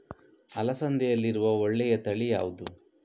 ಅಲಸಂದೆಯಲ್ಲಿರುವ ಒಳ್ಳೆಯ ತಳಿ ಯಾವ್ದು?